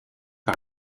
par